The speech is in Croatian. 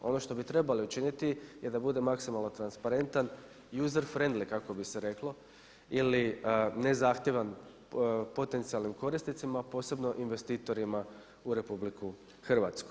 Ono što bi trebali učiniti je da bude maksimalno transparenta i … kako bi se reklo ili nezahtjevan potencijalnim korisnicima posebno investitorima u RH.